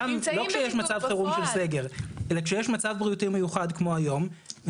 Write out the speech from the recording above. לא כשיש מצב חירום או סגר אלא כשיש מצב בריאותי מיוחד כמו היום.